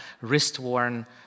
wrist-worn